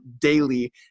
daily